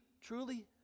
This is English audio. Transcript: truly